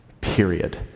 period